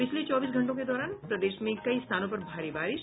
पिछले चौबीस घंटों के दौरान प्रदेश में कई स्थानों पर भारी बारिश